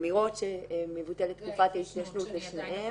מחמירות שמבוטלת תקופת ההתיישנות לשניהם.